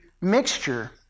mixture